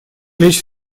лечь